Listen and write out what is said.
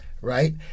right